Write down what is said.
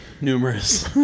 numerous